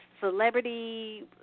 Celebrity